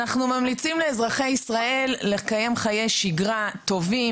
אנחנו ממליצים לאזרחי ישראל לקיים חיי שגרה טובים.